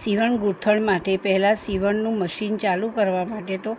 સીવણ ગૂંથણ માટે પહેલાં સીવણનું મશીન ચાલુ કરવા માટે તો